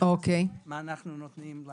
מה אנחנו נותנים,